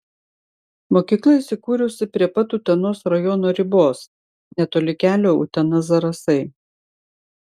mokykla įsikūrusi prie pat utenos rajono ribos netoli kelio utena zarasai